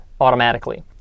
automatically